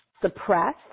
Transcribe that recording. suppress